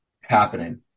happening